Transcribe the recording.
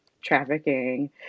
trafficking